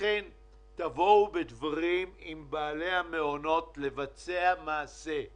תבואו בדברים עם בעלי המעונות כדי שיבצעו מעשה,